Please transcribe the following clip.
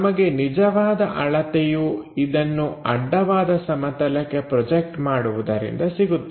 ನಮಗೆ ನಿಜವಾದ ಅಳತೆಯು ಇದನ್ನು ಅಡ್ಡವಾದ ಸಮತಲಕ್ಕೆ ಪ್ರೊಜೆಕ್ಟ್ ಮಾಡುವುದರಿಂದ ಸಿಗುತ್ತದೆ